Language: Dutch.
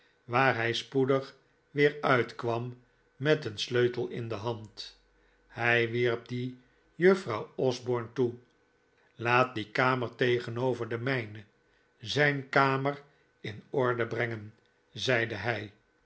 waar hij spoedig weer uit kwam met een sleutel in de hand hij wierp dien juffrouw osborne toe laat die kamer tegenover de mijne zijn kamer in orde brengen zeide hij